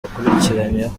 akurikiranyweho